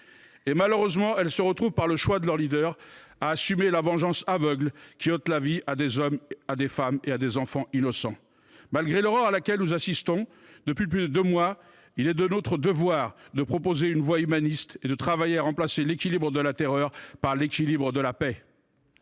Malheureusement, elles se retrouvent, par les choix de leurs leaders, à assumer la vengeance aveugle, qui ôte la vie à des hommes, à des femmes et à des enfants innocents. Malgré l’horreur à laquelle nous assistons depuis plus de deux mois, il est de notre devoir de proposer une voie humaniste et de travailler à remplacer l’équilibre de la terreur par l’équilibre de la paix.